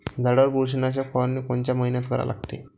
झाडावर बुरशीनाशक फवारनी कोनच्या मइन्यात करा लागते?